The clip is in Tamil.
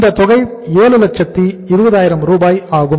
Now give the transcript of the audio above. இந்த தொகை 720000 ரூபாய் ஆகும்